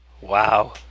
Wow